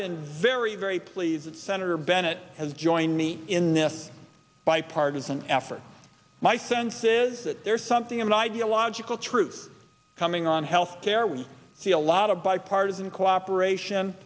been very very pleased that senator bennett has joined me in this bipartisan effort my sense is that there's something of an ideological truth coming on health care we see a lot of bipartisan cooperation